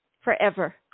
Forever